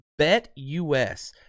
BetUS